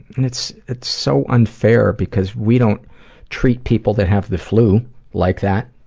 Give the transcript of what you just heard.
and it's it's so unfair because we don't treat people that have the flu like that,